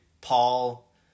paul